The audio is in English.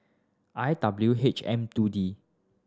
I W H M two D